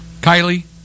Kylie